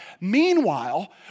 Meanwhile